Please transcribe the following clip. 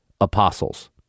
apostles